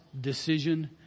decision